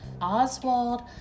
Oswald